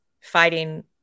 fighting